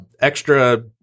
extra